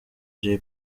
jay